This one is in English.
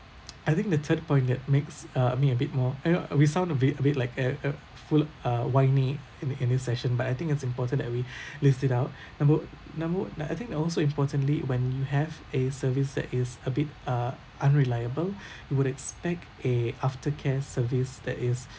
I think the third point that makes uh make a bit more you know uh we sound a bit a bit like a a full uh why me in the in this session but I think it's important that we lift it up number number like I think also importantly when you have a service that is a bit uh unreliable you would expect a aftercare service that is